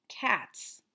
Cats